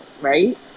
right